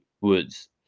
woods